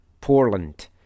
Portland